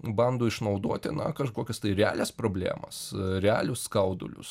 bando išnaudoti na kažkokias tai realias problemas realius skaudulius